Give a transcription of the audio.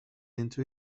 into